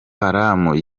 haram